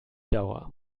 dauer